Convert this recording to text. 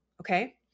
Okay